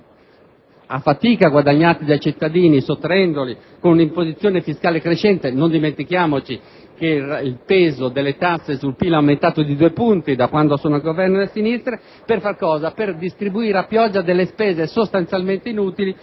a fatica guadagnati dai cittadini sottraendoli con un'imposizione fiscale crescente - non dimentichiamo che il peso delle tasse sul PIL è aumentato di due punti percentuali da quando sono al governo le sinistre - per distribuire a pioggia delle spese sostanzialmente inutili,